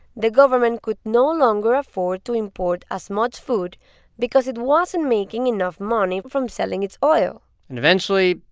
the government could no longer afford to import as much food because it wasn't making enough money from selling its oil and eventually,